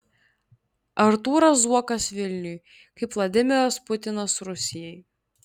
artūras zuokas vilniui kaip vladimiras putinas rusijai